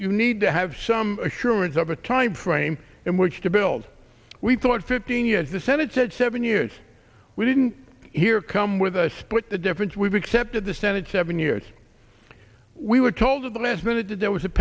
you need to have some assurance of a timeframe in which to build we thought fifteen years the senate said seven years we didn't hear come with a split the difference we've accepted the senate seven years we were told at the last minute that there was a